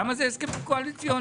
למה אלה הסכמים קואליציוניים?